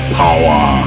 power